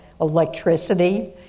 electricity